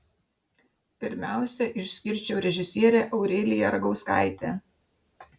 pirmiausia išskirčiau režisierę aureliją ragauskaitę